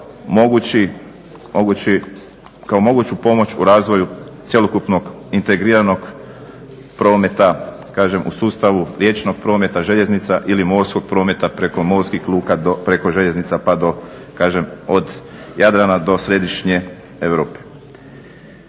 kao moguću pomoć u razvoju cjelokupnog integriranog prometa u sustavu riječnog prometa, željeznica ili morskog prometa preko morskih luka, preko željeznica pa do kažem od Jadrana do središnje Europe.